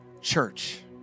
Church